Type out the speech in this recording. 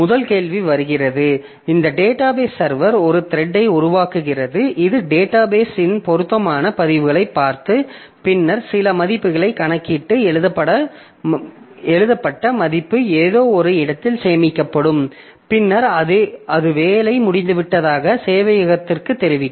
முதல் கேள்வி வருகிறது இந்த டேட்டாபேஸ் சர்வர் ஒரு த்ரெட்டை உருவாக்குகிறது இது டேட்டாபேஸ் இன் பொருத்தமான பதிவுகளைப் பார்த்து பின்னர் சில மதிப்பைக் கணக்கிட்டு எழுதப்பட்ட மதிப்பு ஏதோ ஒரு இடத்தில் சேமிக்கப்படும் பின்னர் அது வேலை முடிந்துவிட்டதாக சேவையகத்திற்குத் தெரிவிக்கும்